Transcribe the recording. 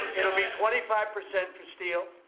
it will be twenty five percent for steel.